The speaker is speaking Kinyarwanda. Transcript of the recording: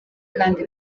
kandi